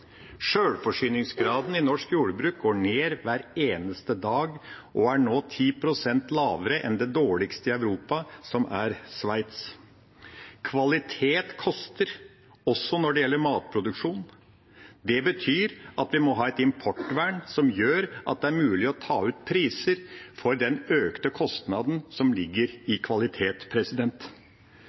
Sjølforsyningsgraden i norsk jordbruk går ned hver eneste dag og er nå 10 pst. lavere enn det dårligste i Europa, som er Sveits. Kvalitet koster også når det gjelder matproduksjon. Det betyr at vi må ha et importvern som gjør at det er mulig å ta ut priser for den økte kostnaden som ligger i kvalitet.